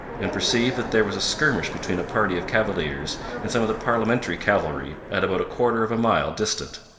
and perceived that there was a skirmish between a party of cavaliers and some of the parliamentary cavalry, at about a quarter of a mile distant.